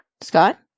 Scott